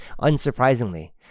Unsurprisingly